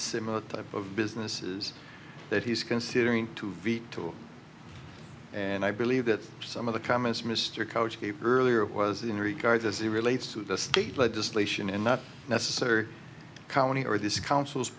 similar type of businesses that he's considering to veto and i believe that some of the comments mr couch keep the earlier was in regards as it relates to the state legislation in not necessary county or this council's